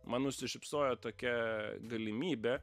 man nusišypsojo tokia galimybė